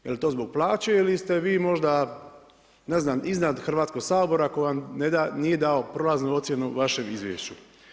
Jel' to zbog plaće ili ste vi možda ne znam iznad Hrvatskog sabora koji vam nije dao prolaznu ocjenu vašem izvješću.